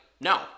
no